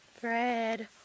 Fred